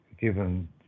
given